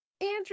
Andrew